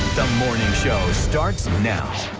the morning show starts now